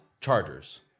Chargers